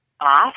off